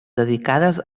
dedicades